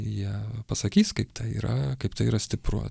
jie pasakys kaip tai yra kaip tai yra stipru